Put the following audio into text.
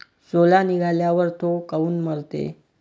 सोला निघाल्यावर थो काऊन मरते?